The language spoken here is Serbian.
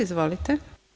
Izvolite.